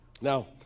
Now